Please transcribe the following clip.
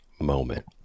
moment